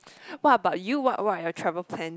what about you what what are your travel plans